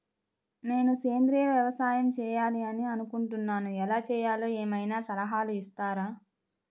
నేను సేంద్రియ వ్యవసాయం చేయాలి అని అనుకుంటున్నాను, ఎలా చేయాలో ఏమయినా సలహాలు ఇస్తారా?